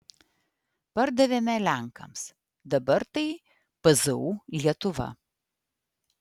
pardavėme lenkams dabar tai pzu lietuva